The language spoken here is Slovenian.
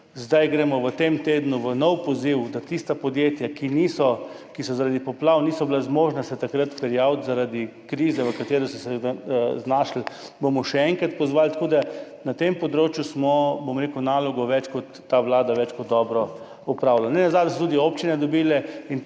Zdaj gremo v tem tednu v nov poziv, tista podjetja, ki se zaradi poplav takrat niso bila zmožna prijaviti zaradi krize, v kateri so se znašla, bomo še enkrat pozvali. Tako da na tem področju je, bom rekel, nalogo ta vlada več kot dobro opravila. Nenazadnje so tudi občine dobile